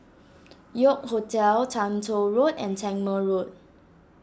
York Hotel Toh Tuck Road and Tangmere Road